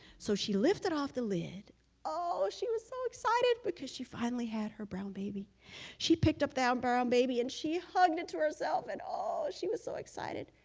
so she lifted off the lid oh, she was so excited because she finally had her brown, baby she picked up that brown baby and she hugged it to herself at all. she was so excited.